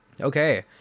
Okay